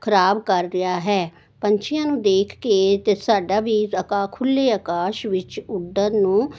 ਖਰਾਬ ਕਰ ਰਿਹਾ ਹੈ ਪੰਛੀਆਂ ਨੂੰ ਦੇਖ ਕੇ ਤੇ ਸਾਡਾ ਵੀ ਅੱਖਾਂ ਖੁੱਲ੍ਹੇ ਆਕਾਸ਼ ਵਿੱਚ ਉੱਡਣ ਨੂੰ